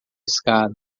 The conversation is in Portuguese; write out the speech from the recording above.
escada